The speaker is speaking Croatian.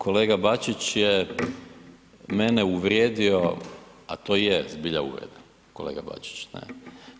Kolega Bačić je mene uvrijedio, a to je zbilja uvreda kolega Bačić, ne.